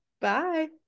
Bye